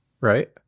right